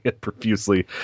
profusely